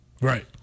Right